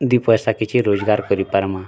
ଦୁଇ ପଇସା କିଛି ରୋଜଗାର୍ କରି ପାର୍ମା